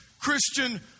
Christian